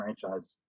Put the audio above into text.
franchise